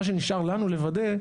מה שנשאר לנו לוודא,